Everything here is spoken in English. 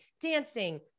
dancing